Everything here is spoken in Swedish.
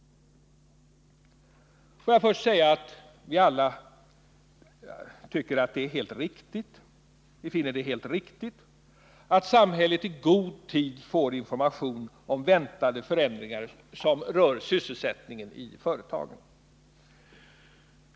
Får jag för det första säga att vi alla finner det helt riktigt att samhället i god tid får information om väntade förändringar som rör sysselsättningen i företagen.